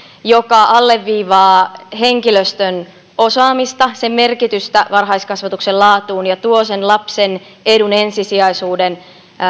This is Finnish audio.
joka alleviivaa henkilöstön osaamista sen merkitystä varhaiskasvatuksen laatuun ja tuo lapsen edun ensisijaisuuden